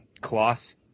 cloth